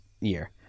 year